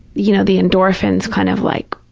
you know, the endorphins kind of like,